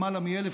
בלמעלה מ-1,000,